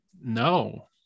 no